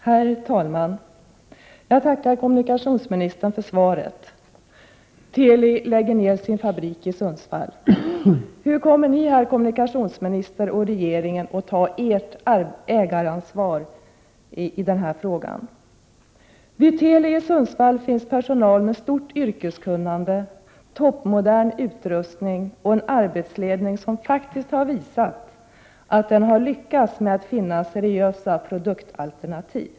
Herr talman! Jag tackar kommunikationsministern för svaret. Teli lägger ner sin fabrik i Sundsvall. Hur kommer ni, herr kommunikationsminister och regeringen, att ta ert ägaransvar i denna fråga? Vid Teli i Sundsvall finns personal med stort yrkeskunnande, en toppmodern utrustning och en arbetsledning som faktiskt lyckats finna seriösa produktalternativ.